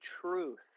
truth